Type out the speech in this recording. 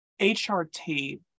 HRT